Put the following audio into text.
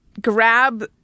grab